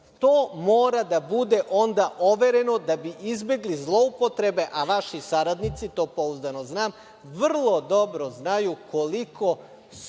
To mora da bude onda overeno da bi izbegli zloupotrebe, a vaši saradnici, to pouzdano znam, vrlo dobro znaju koliko